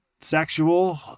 sexual